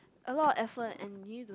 a lot of afford and you need to